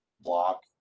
block